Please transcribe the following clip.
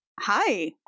hi